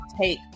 take